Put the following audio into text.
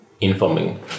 informing